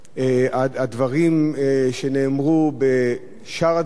הדברים שנאמרו בשאר הדברים,